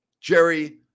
Jerry